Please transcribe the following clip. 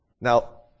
Now